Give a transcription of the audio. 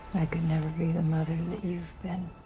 i could never be the mother that you've been.